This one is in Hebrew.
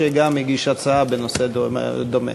שגם הגיש הצעה בנושא דומה.